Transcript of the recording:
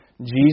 Jesus